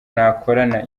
nakorana